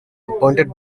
appointed